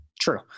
True